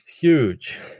huge